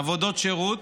עבודות שירות,